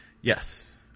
Yes